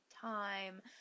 time